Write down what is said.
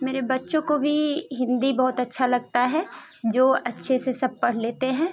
मेरे बच्चों को भी हिन्दी बहुत अच्छा लगता है जो अच्छे से सब पढ़ लेते हैं